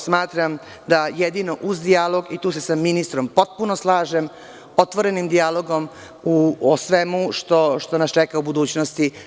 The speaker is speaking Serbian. Smatram da jedino uz dijalog, tu se sa ministrom potpuno slažem, otvorenim dijalogom o svemu što nas čeka u budućnosti.